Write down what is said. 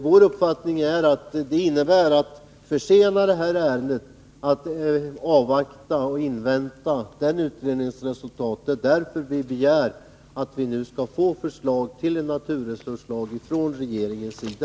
Vår uppfattning är att detta innebär att man försenar det här ärendet genom att avvakta och invänta utredningens resultat. Det är därför som vi begär att nu få förslag till en naturresurslag från regeringens sida.